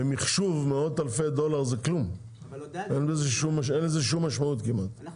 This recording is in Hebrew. במחשוב מאות אלפי דולרים זה כלום וכמעט אין לזה שום משמעות.